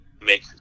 make